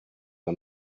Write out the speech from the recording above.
are